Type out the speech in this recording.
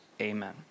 Amen